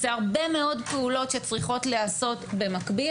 אלו הרבה מאוד פעולות שצריכות להיעשות במקביל,